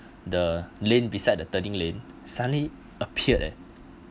the lane beside the turning lane suddenly appeared eh